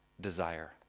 desire